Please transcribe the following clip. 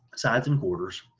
sides and quarters.